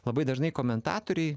labai dažnai komentatoriai